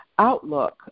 outlook